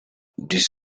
this